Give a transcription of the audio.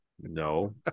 No